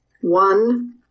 One